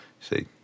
See